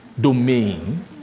domain